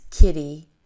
kitty